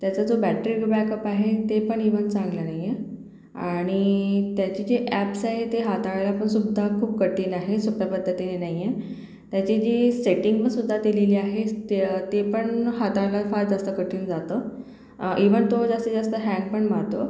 त्याचा जो battery backup आहे ते पण इव्हन चांगला नाही आहे आणि त्याचे जे अॅप्स आहे ते हातळायापण सुद्धा खूप कठीण आहे सोप्या पद्धतीने नाही आहे त्याची जी सेटिंगपण सुद्धा ती लिहिली आहे त्य ते पण हाताळणं फार जास्त कठीण जातं इव्हन तो जातीत जास्त हँग पण मारतो